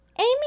Amy